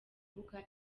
kuvuga